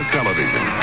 Television